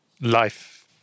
Life